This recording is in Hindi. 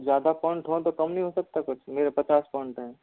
ज़्यादा पॉइंट हो तो कम नहीं हो सकता कुछ मेरे पचास पॉइंट हैं